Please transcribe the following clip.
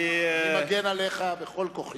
אני מגן עליך בכל כוחי.